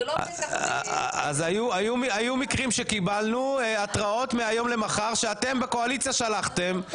היו מקרים שקיבלנו התראות מהיום למחר שאתם בקואליציה שלחתם.